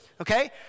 Okay